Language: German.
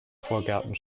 vorgärten